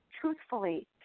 Truthfully